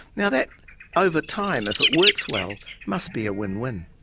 now, that over time, if it works well, must be a win-win.